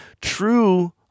true